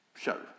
Show